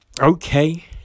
okay